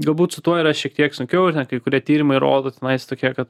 galbūt su tuo yra šiek tiek sunkiau ir ten kai kurie tyrimai rodo tenais tokie kad